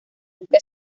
nunca